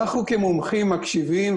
אנחנו כמומחים מקשיבים,